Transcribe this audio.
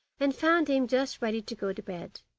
and found him just ready to go to bed.